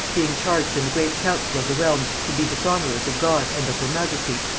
being charged in the great council of the realm to be dishonorers of god and of her majesty,